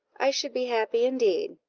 i should be happy indeed.